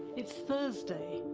it's thursday,